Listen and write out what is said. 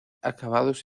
acabados